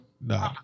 No